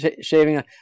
shaving